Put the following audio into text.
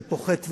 של פוחת והולך,